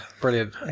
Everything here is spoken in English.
brilliant